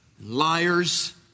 liars